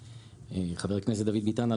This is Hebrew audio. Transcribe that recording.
חבר הכנסת דוד ביטן,